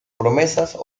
promesas